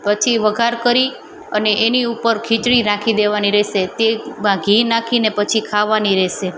પછી વઘાર કરી અને એની ઉપર ખિચડી નાખી દેવાની રહેશે તેમાં ઘી નાખીને પછી ખાવાની રહેશે